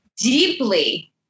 deeply